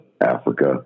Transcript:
Africa